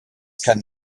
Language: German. kann